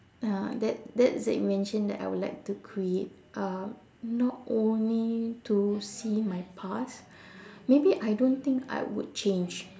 uh that that's the invention that I would like to create uh not only to see my past maybe I don't think I would change